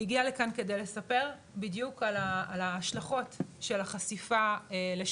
היא הגיעה לכאן כדי לספר בדיוק על ההשלכות של החשיפה לשמש